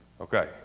Okay